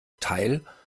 teil